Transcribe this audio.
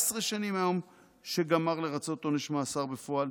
שנים מהיום שגמר לרצות את עונש המאסר בפועל,